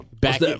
Back